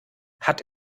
hat